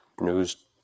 News